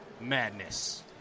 Madness